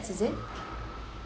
is it